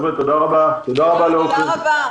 תודה רבה לכולם.